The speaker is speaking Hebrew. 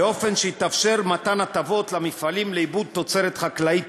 באופן שיתאפשר מתן הטבות למפעלים לעיבוד תוצרת חקלאית